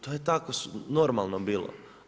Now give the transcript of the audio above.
To je tako normalno bilo.